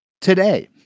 today